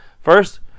first